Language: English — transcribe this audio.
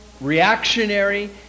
reactionary